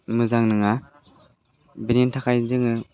मोजां नङा बिनि थाखाय जोङो